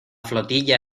flotilla